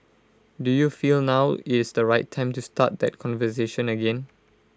do you feel now is the right time to start that conversation again